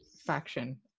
faction